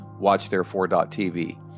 WatchTherefore.tv